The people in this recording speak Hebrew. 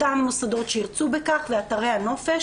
אותם מוסדות שירצו בכך ואתרי הנופש